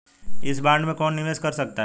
इस बॉन्ड में कौन निवेश कर सकता है?